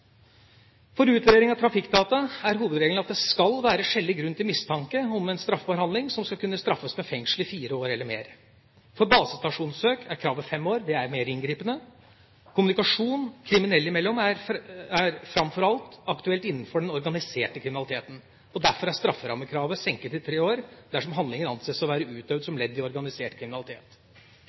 For utlevering av trafikkdata er hovedregelen at det skal være skjellig grunn til mistanke om en straffbar handling som skal kunne straffes med fengsel i fire år eller mer. For basestasjonssøk er kravet fem år – det er mer inngripende. Kommunikasjon kriminelle imellom er framfor alt aktuelt innenfor den organiserte kriminaliteten. Derfor er strafferammekravet senket til tre år dersom handlingen anses å være utøvd som ledd i organisert kriminalitet.